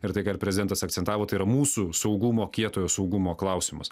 ir tai ką ir prezidentas akcentavo tai yra mūsų saugumo kietojo saugumo klausimas